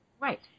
Right